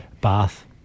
bath